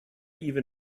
even